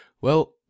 Well